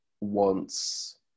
wants